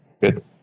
Good